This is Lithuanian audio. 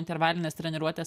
intervalinės treniruotės